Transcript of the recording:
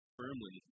firmly